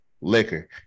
liquor